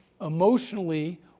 emotionally